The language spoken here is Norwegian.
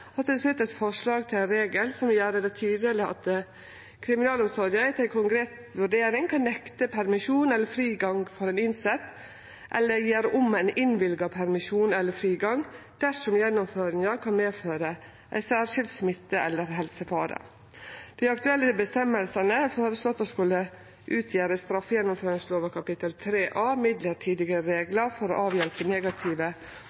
til slutt eit forslag til ein regel som vil gjere det tydeleg at kriminalomsorga etter ei konkret vurdering kan nekte permisjon eller frigang for ein innsett, eller gjere om ein innvilga permisjon eller frigang dersom gjennomføringa kan medføre ein særskilt smitte- eller helsefare. Dei aktuelle bestemmingane er føreslått å skulle utgjere straffegjennomføringslova kapittel 3 A Midlertidige